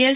L